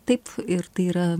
taip ir tai yra